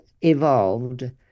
evolved